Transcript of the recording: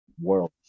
world